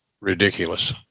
ridiculous